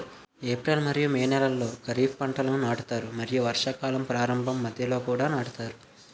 April మరియు May నెలలో ఖరీఫ్ పంటలను నాటుతారు మరియు వర్షాకాలం ప్రారంభంలో మధ్యలో కూడా నాటుతారు